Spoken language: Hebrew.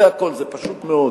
זה הכול, זה פשוט מאוד,